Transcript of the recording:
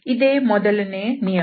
ಇದೇ ಮೊದಲನೆಯ ನಿಯಮ